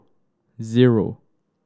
zero